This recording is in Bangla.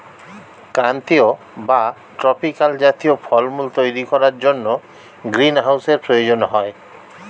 ক্রান্তীয় বা ট্রপিক্যাল জাতীয় ফলমূল তৈরি করার জন্য গ্রীনহাউসের প্রয়োজন হয়